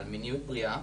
על מניות בריאה,